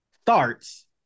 starts